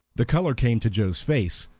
the color came to joe's face,